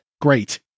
Great